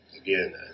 Again